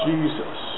Jesus